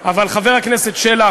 אבל חבר הכנסת שלח,